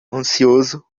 ansioso